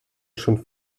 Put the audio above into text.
schon